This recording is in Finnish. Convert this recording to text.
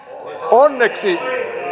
onneksi